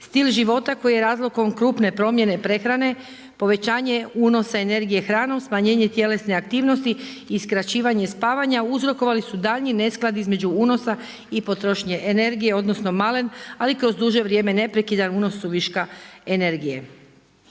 Stil života koji je razlogom krupne promjene prehrane, povećanje unosa energije hranom, smanjenje tjelesne aktivnosti i skraćivanje spavanja uzrokovali su daljnji nesklad između unosa i potrošnje energije odnosno malen ali kroz duže vrijeme neprekidan unos viška energije.